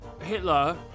Hitler